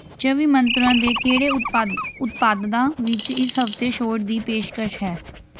ਚੌਵੀ ਮੰਤਰਾਂ ਦੇ ਕਿਹੜੇ ਉਤਪਾ ਉਤਪਾਦਾਂ ਵਿੱਚ ਇਸ ਹਫ਼ਤੇ ਛੋਟ ਦੀ ਪੇਸ਼ਕਸ਼ ਹੈ